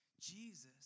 Jesus